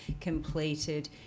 completed